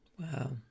Wow